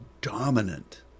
dominant